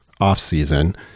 offseason